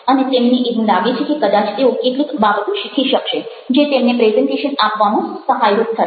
અને તેમને એવું લાગે છે કે કદાચ તેઓ કેટલીક બાબતો શીખી શકશે જે તેમને પ્રેઝન્ટેશન આપવામાં સહાયરૂપ થશે